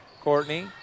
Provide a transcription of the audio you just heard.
Courtney